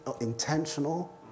intentional